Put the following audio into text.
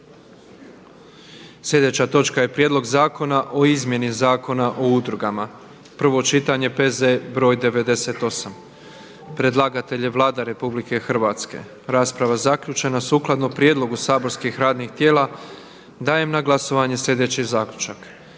Sljedeća točka je Prijedlog zakona o izmjenama i dopunama Zakona o izvlaštenju i određivanju naknade, prvo čitanje, P.Z. br. 101. Predlagatelj je Vlada Republike Hrvatske. Rasprava zaključena. Sukladno prijedlogu saborskih radnih tijela dajem na glasovanje sljedeći Zaključak: